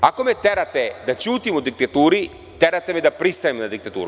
Ako me terate da ćutim o diktaturi, terate me da pristajem na diktaturu.